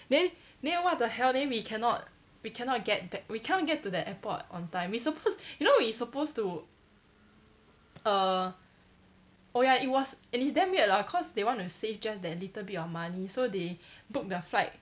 then then what the hell then we cannot we cannot get back we cannot get to the airport on time we supposed you know we supposed to err oh ya it was it's damn weird lah cause they want to save just that little bit of money so they booked the flight